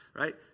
right